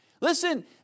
Listen